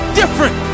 different